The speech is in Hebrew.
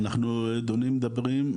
אנחנו מדברים,